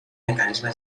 mecanisme